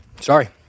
Sorry